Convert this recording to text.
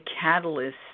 catalyst